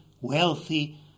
wealthy